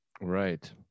Right